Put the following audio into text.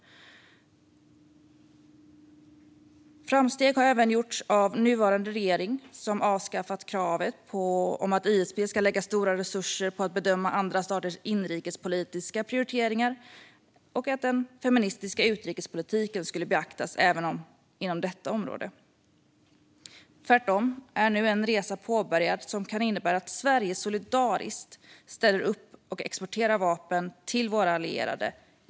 Framsteg har även gjorts av nuvarande regering, som avskaffat kravet att ISP ska lägga stora resurser på att bedöma andra staters inrikespolitiska prioriteringar och att den feministiska utrikespolitiken ska beaktas även inom detta område. Tvärtom är nu en resa påbörjad som kan innebära att Sverige solidariskt ställer upp och exporterar vapen till våra allierade.